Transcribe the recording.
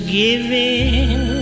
giving